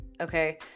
Okay